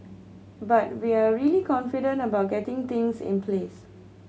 but we're really confident about getting things in place